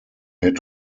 had